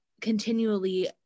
continually